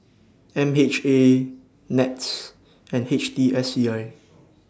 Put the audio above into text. M H A Nets and H T S E I